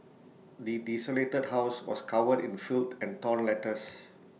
the desolated house was covered in filth and torn letters